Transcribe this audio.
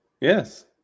Yes